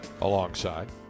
alongside